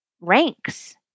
ranks